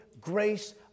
grace